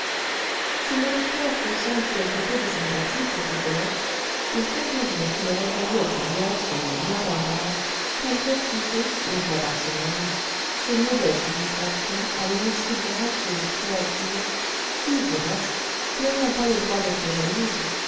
si nos lecteurs ressentent quelque peu de sympathie pour rigolette ils conviendront qu'il aurait fallu être bien sot ou bien barbare pour refuser une fois par semaine ces modestes distractions à une si gracieuse créature qui du reste n'ayant pas le droit d'être jalouse